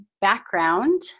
background